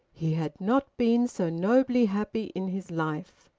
he had not been so nobly happy in his life.